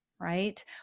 right